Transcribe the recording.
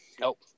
Nope